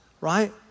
right